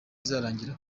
izarangira